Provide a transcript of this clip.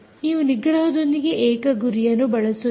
ನೀವು ನಿಗ್ರಹದೊಂದಿಗೆ ಏಕ ಗುರಿಯನ್ನು ಬಳಸುತ್ತೀರಿ